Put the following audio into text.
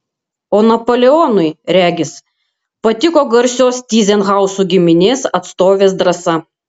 o napoleonui regis patiko garsios tyzenhauzų giminės atstovės drąsa